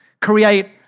create